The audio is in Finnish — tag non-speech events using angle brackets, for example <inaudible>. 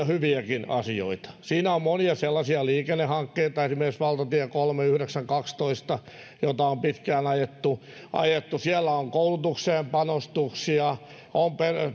<unintelligible> hyviäkin asioita siinä on monia sellaisia liikennehankkeita esimerkiksi valtatiet kolme yhdeksän ja kaksitoista joita on pitkään ajettu ajettu siellä on koulutukseen panostuksia on